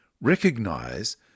recognize